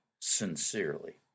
sincerely